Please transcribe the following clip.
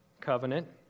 covenant